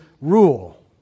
rule